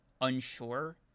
unsure